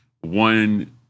one